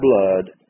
blood